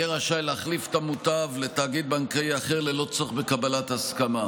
יהיה רשאי להחליף את המוטב לתאגיד בנקאי אחר ללא צורך בקבלת הסכמה.